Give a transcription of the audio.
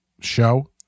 show